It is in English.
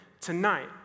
tonight